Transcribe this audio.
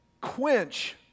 quench